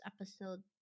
episode